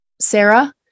Sarah